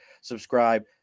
subscribe